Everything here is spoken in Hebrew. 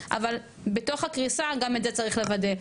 אבל בתוך הקריסה גם את זה צריך לוודא.